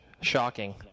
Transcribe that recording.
Shocking